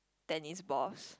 tennis balls